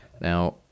Now